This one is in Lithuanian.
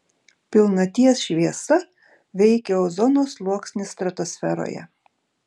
pilnaties šviesa veikia ozono sluoksnį stratosferoje